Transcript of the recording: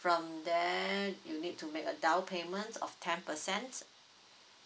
from there you need to make a down payment of ten percent